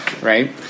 right